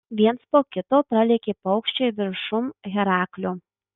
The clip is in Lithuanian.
viens po kito pralėkė paukščiai viršum heraklio